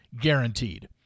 guaranteed